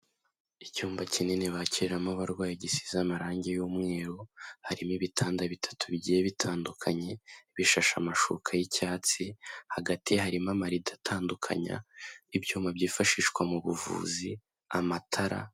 Icyumba kinini bakiriramo abarwayi gisize amarangi y'umweru, harimo ibitanda bitatu bigiye bitandukanye, bishashe amashuka y'icyatsi, hagati harimo amarido atandukanya ibyuma byifashishwa mu buvuzi amatara...